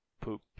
poop